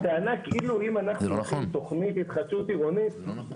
הטענה כאילו אם אנחנו לוקחים תכנית התחדשות עירונית --- זה לא נכון.